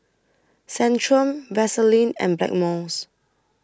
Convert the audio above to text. Centrum Vaselin and Blackmores